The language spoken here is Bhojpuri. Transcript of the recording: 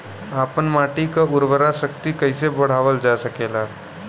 आपन माटी क उर्वरा शक्ति कइसे बढ़ावल जा सकेला?